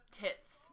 tits